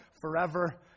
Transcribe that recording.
forever